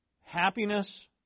Happiness